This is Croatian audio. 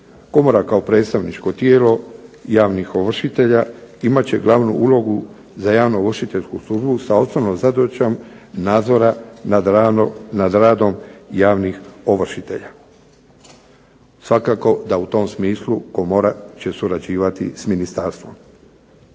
Komora kao predstavničko tijelo javnih ovršitelja imat će javnu ulogu za javno ovršiteljsku službu sa osnovnom zadaćom nadzora nad radom javnih ovršitelja. Svakako da će u tom smislu komora surađivati sa ministarstvom.